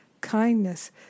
kindness